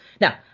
Now